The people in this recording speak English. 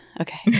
okay